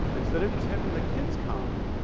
instead of just having the kids come,